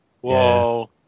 Whoa